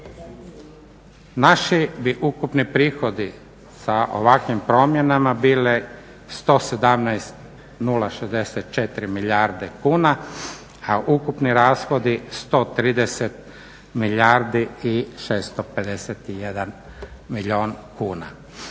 Naši bi ukupni prihodi sa ovakvim promjenama bili 117,064 milijarde kuna, a ukupni rashodi 130 milijardi i